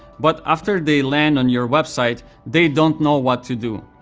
but after they land on your website, they don't know what to do.